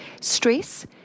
Stress